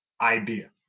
Idea